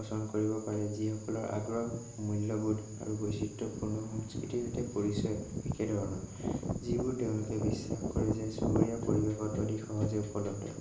পছন্দ কৰিব পাৰে যিসকলৰ আগ্ৰহ মূল্যবোধ আৰু বৈচিত্ৰ্যপূৰ্ণ সংস্কৃতিৰ সৈতে পৰিচয় একেধৰণৰ যিবোৰ তেওঁলোকে বিশ্বাস কৰে যে চহৰীয়া পৰিৱেশত অধিক সহজে উপলব্ধ